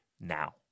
now